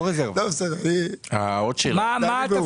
האם הם עומדים